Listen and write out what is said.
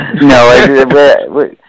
No